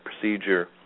procedure